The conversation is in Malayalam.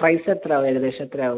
പ്രൈസ് എത്ര ആവും ഏകദേശം എത്ര ആവും